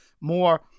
more